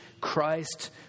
Christ